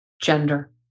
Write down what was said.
gender